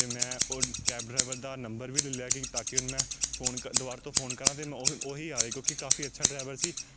ਅਤੇ ਮੈਂ ਉਹ ਕੈਬ ਡਰਾਈਵਰ ਦਾ ਨੰਬਰ ਵੀ ਲੈ ਲਿਆ ਕਿ ਤਾਂ ਕਿ ਉਹਨੂੰ ਮੈਂ ਫੋਨ ਕ ਦੁਬਾਰਾ ਤੋਂ ਫੋਨ ਕਰਾਂ ਅਤੇ ਮੈਂ ਉਹ ਉਹੀ ਆਏ ਕਿਉਂਕਿ ਕਾਫੀ ਅੱਛਾ ਡਰਾਈਵਰ ਸੀ